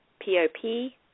p-o-p